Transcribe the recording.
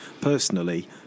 personally